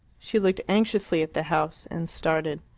she looked anxiously at the house, and started.